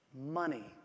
money